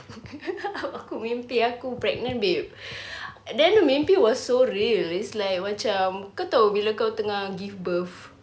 aku mimpi aku pregnant babe then the mimpi was so real is like macam kau tahu bila kau tengah give birth